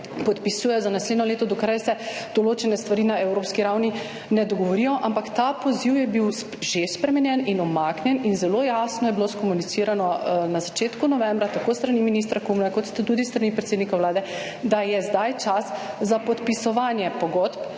za naslednje leto dokler se določene stvari na evropski ravni ne dogovorijo, ampak ta poziv je bil že spremenjen in umaknjen in zelo jasno je bilo skomunicirano na začetku novembra, tako s strani ministra Kumra kot tudi s strani predsednika Vlade, da je zdaj čas za podpisovanje pogodb,